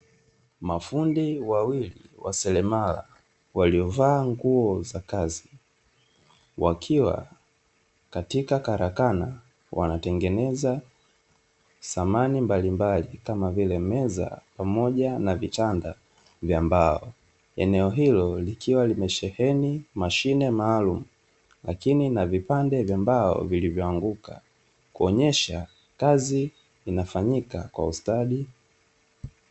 Mafundi wawili wa seremala waliovaa nguo za kazi wakiwa katika karakana wanatengeneza samani mbalimbali kama vile meza pamoja na vitanda vya mbao. Eneo hilo likiwa limesheheni mashine maalumu lakini na vipande vya mbao vilivyoanguka kuonyesha kazi inafanyika kwa ustadi.